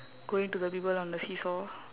going to the people on the seesaw